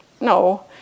no